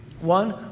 One